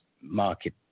market